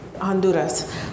Honduras